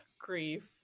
grief